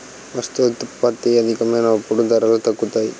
వస్తోత్పత్తి అధికమైనప్పుడు ధరలు తగ్గుతాయి